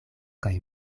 kaj